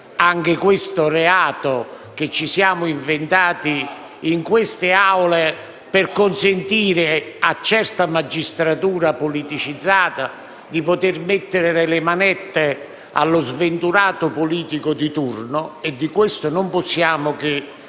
Anche questo è un reato che ci siamo inventati in queste Aule, per consentire a certa magistratura politicizzata di mettere le manette allo sventurato politico di turno. E di questo non possiamo che